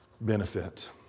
benefit